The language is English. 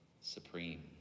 supreme